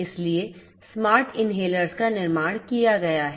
इसलिए smart inhalers का निर्माण किया गया है